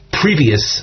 previous